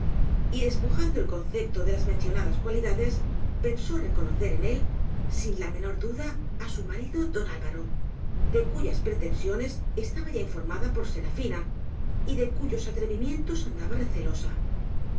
y despo jando el concepto de las mencionadas cualidades pensó reconocer en él sin la menor duda á su marido don alvaro de cuyas pretensiones estaba ya informada por serafina y de cuyos atrevimien tos andaba recelosa